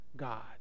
God